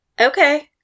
Okay